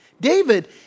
David